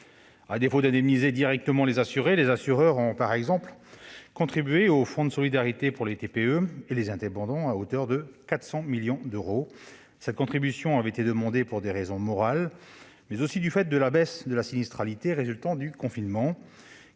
à défaut d'indemniser directement les assurés, les assureurs ont, par exemple, contribué au Fonds de solidarité pour les TPE et les indépendants à hauteur de 400 millions d'euros. Cette contribution avait été décidée pour des raisons morales, mais aussi eu égard à la baisse de la sinistralité au moment du confinement,